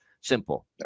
Simple